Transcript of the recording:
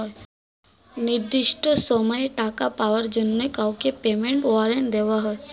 নির্দিষ্ট সময়ে টাকা পাওয়ার জন্য কাউকে পেমেন্ট ওয়ারেন্ট দেওয়া হয়